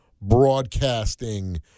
broadcasting